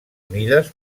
unides